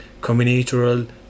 combinatorial